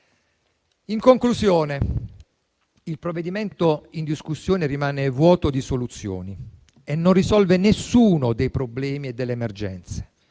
In conclusione, il provvedimento in discussione rimane vuoto di soluzioni e non risolve nessuno dei problemi e delle emergenze: